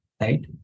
right